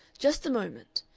just a moment.